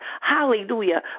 Hallelujah